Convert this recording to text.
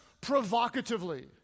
provocatively